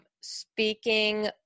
speaking